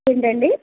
ఏంటండీ